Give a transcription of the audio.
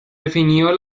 definió